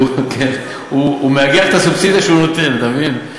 כן, הוא מאגח את הסובסידיה שהוא נותן, אתה מבין?